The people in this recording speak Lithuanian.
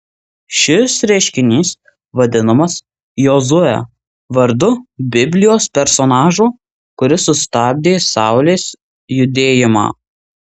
šis reiškinys vadinamas jozue vardu biblijos personažo kuris sustabdė saulės judėjimą